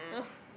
so